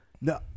No